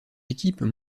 équipes